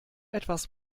etwas